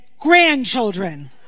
Grandchildren